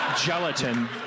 gelatin